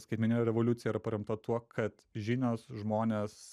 skaitmeninė revoliucija yra paremta tuo kad žinios žmones